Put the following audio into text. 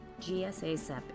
GSASEP